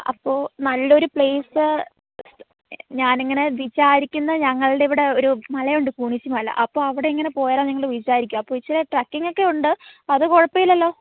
അപ്പോൾ നല്ലൊരു പ്ലേസ് ഞാൻ ഇങ്ങനെ വിചാരിക്കുന്നത് ഞങ്ങളുടെ ഇവിടെ ഒരു മലയുണ്ട് പൂണിച്ചിമല അപ്പോൾ അവിടെ ഇങ്ങനെ പോയാലോ എന്ന് ഞങ്ങൾ വിചാരിക്കുവാണ് അപ്പോൾ ഇത്തിരി ട്രക്കിങ്ങ് ഒക്കെ ഉണ്ട് അപ്പം അത് കുഴപ്പം ഇല്ലല്ലോ